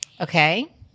Okay